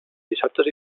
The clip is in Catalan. dissabtes